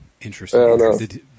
Interesting